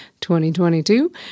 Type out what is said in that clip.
2022